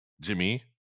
Jimmy